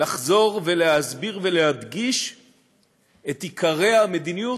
לחזור ולהסביר ולהדגיש את עיקרי המדיניות,